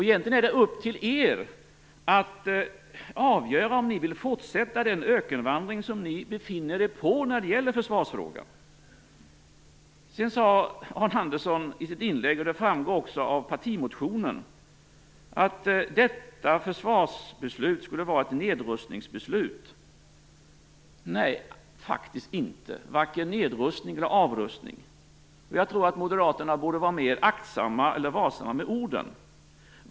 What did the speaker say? Egentligen är det upp till er att avgöra om ni vill fortsätta den ökenvandring ni befinner er på när det gäller försvarsfrågan. Sedan sade Arne Andersson i sitt inlägg, och det framgår också av partimotionen, att det här försvarsbeslutet skulle vara ett nedrustningsbeslut. Nej, det är faktiskt inte vare sig nedrustning eller avrustning. Jag tror att Moderaterna borde vara mer varsamma med orden.